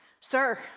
Sir